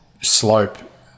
slope